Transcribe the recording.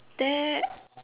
there